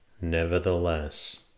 Nevertheless